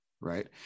right